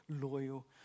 loyal